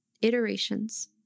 iterations